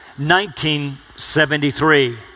1973